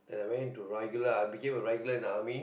and I went into regular I became regular in the army